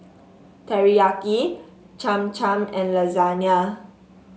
Teriyaki Cham Cham and Lasagne